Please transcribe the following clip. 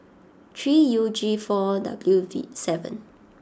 three U G four W T seven